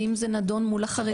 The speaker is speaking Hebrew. האם זה נדון מול החרדים.